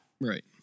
Right